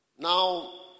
Now